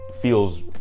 feels